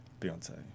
Beyonce